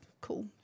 cool